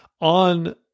on